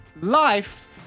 Life